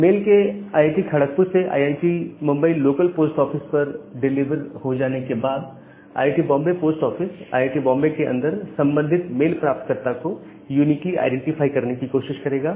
mail के IIT Kharagpur से IIT Mumbai local post office पर डिलीवर हो जाने के बाद IIT Bombay post office IIT Bombay के अंदर संबंधित मेल प्राप्तकर्ता को यूनिकीली आईडेंटिफाई करने की कोशिश करेगा